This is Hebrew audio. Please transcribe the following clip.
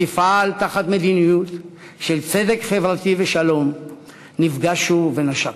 תפעל תחת מדיניות של צדק חברתי ושלום נפגשו ונשקו.